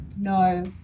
no